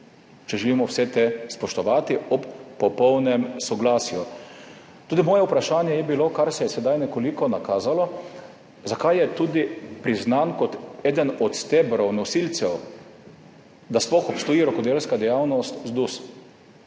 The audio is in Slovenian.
če želimo vse to spoštovati ob popolnem soglasju. Moje vprašanje je bilo tudi to, kar se je sedaj nekoliko nakazalo, zakaj je kot eden od stebrov, nosilcev, da sploh obstoji rokodelska dejavnost,